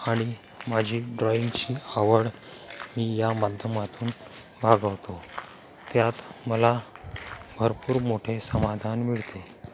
आणि माझी ड्रॉईंगची आवड मी या माध्यमातून भागवतो त्यात मला भरपूर मोठे समाधान मिळते